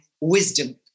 wisdom